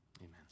Amen